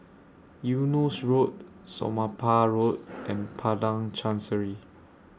Eunos Road Somapah Road and Padang Chancery